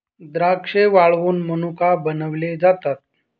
द्राक्षे वाळवुन मनुका बनविले जातात